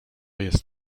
jest